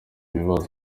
ibibazo